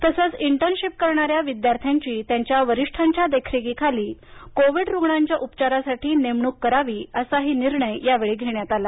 तसंच इंटर्नशिप करणाऱ्या विद्यार्थ्यांची त्यांच्या शिक्षकांच्या देखरेखीखाली कोविड रुग्णांच्या उपचारासाठी ड्यूटी लावावी असाही निर्णय या बैठकीत घेण्यात आला